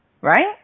right